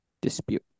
dispute